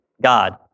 God